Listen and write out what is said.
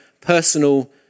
personal